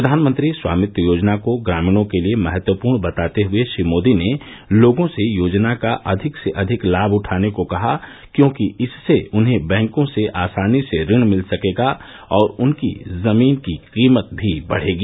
प्रधानमंत्री स्वामित्व योजना को ग्रामीणों के लिएउ महत्वपूर्ण बताते हुए श्री मोदी ने लोगों से योजना का अधिक से अधिक लाम उठाने को कहा क्योंकि इससे उन्हें बैंकों से आसानी से ऋण मिल सकेगा और उनकी जमीन की कीमत भी बढ़ेगी